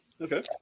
Okay